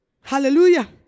hallelujah